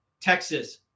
Texas